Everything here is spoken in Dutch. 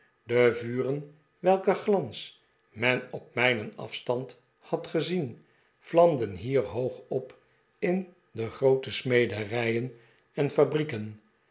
de vuren welker glans men op mijlen afstand had gezien vlamden hier hoog op in de groote smederijen en fabrieken